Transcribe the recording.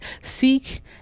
seek